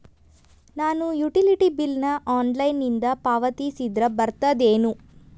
ನಾನು utility bill ನ ಆನ್ಲೈನಿಂದ ಪಾವತಿಸಿದ್ರ ಬರ್ತದೇನು?